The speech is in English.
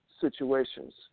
Situations